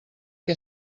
què